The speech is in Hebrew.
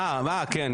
אה כן,